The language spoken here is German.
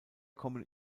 kommen